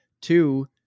two